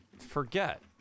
forget